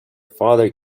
father